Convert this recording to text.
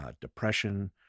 depression